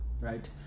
Right